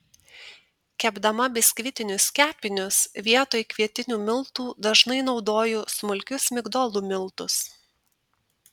kepdama biskvitinius kepinius vietoj kvietinių miltų dažnai naudoju smulkius migdolų miltus